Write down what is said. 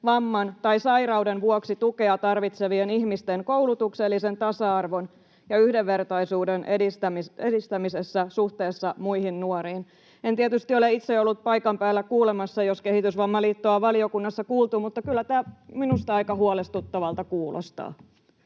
vamman tai sairauden vuoksi tukea tarvitsevien ihmisten koulutuksellisen tasa-arvon ja yhdenvertaisuuden edistämisessä suhteessa muihin nuoriin.” En tietysti ole itse ollut paikan päällä kuulemassa, jos Kehitysvammaliittoa on valiokunnassa kuultu, mutta kyllä tämä on minusta aika huolestuttavalta kuulostaa.